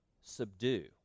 subdue